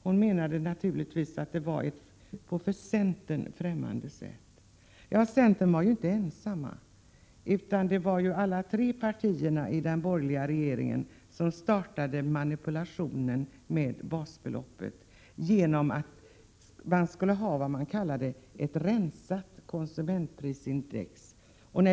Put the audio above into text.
Hon menade naturligtvis att det var på ett för centern främmande sätt. Centern var ju inte ensam. Alla de tre borgerliga partierna i den borgerliga regeringen startade ju manipulationen med basbeloppet. Man skulle ha vad man kallade ett rensat konsumentprisindex.